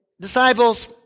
Disciples